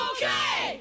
Okay